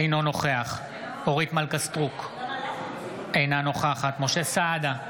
אינו נוכח אורית מלכה סטרוק, אינה נוכחת משה סעדה,